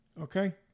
Okay